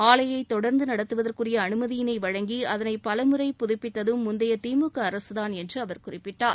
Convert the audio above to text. ஆலையை தொடர்ந்து நடத்துவதற்குரிய அனுமதியினை வழங்கி அதனை பலமுறை புதுப்பித்ததும் முந்தைய திமுக அரசுதான் என்று அவர் குறிப்பிட்டார்